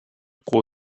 pro